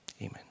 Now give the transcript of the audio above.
amen